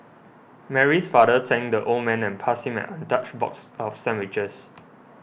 Mary's father thanked the old man and passed him an untouched box of sandwiches